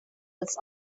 its